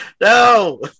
no